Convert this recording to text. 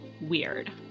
weird